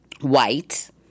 white